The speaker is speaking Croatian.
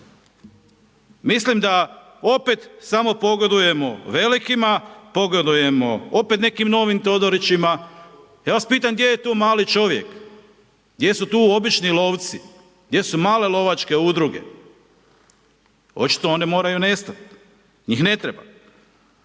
Mislim da opet samo pogodujemo velikima, pogodujemo opet nekim novim „Todorićima“. Ja vas pitam gdje je tu mali čovjek? Gdje su tu obični lovci? Gdje su male lovačke udruge? Očito oni moraju nestat, njih ne treba.